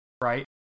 right